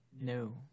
No